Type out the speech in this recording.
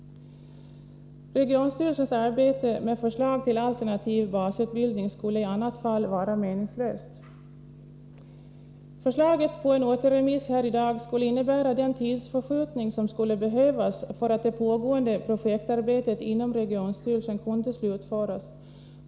Regionstyrelsens arbete med ett förslag till alternativ basutbildning skulle i annat fall vara meningslöst. En återremiss skulle innebära den tidsförskjutning som behövs för att det pågående projektarbetet inom regionstyrelsen skulle kunna slutföras.